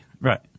Right